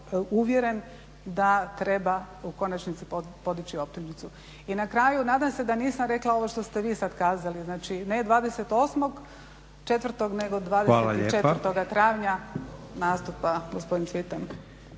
uvjeren da treba u konačnici podići optužnicu. I na kraju nadam se da nisam rekla ovo što ste vi sad kazali, dakle ne 28.4. nego 24. travnja nastupa gospodin Cvitan.